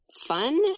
fun